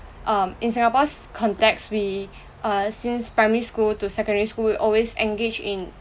um in singapore's context we err since primary school to secondary school we always engage in